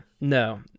no